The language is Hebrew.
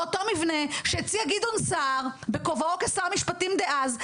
באותו מבנה שהציע גדעון סער בכובעו כשר משפטים דאז,